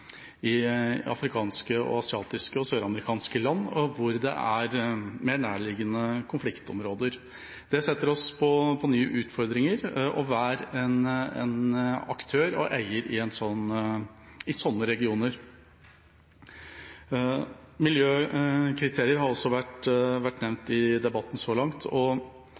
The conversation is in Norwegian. i afrikanske, asiatiske og søramerikanske land, der det er mer nærliggende konfliktområder. Det stiller oss og enhver aktør og eier i sånne regioner overfor nye utfordringer. Miljøkriterier har også vært nevnt i debatten så langt.